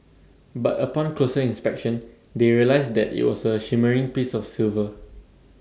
but upon closer inspection they realised that IT was A shimmering piece of silver